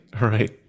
right